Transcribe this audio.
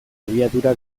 abiadura